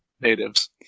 natives